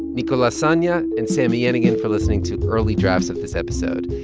nicola sonja and sami yenigun for listening to early drafts of this episode.